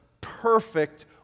perfect